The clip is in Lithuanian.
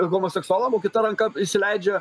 homoseksualam o kita ranka įsileidžia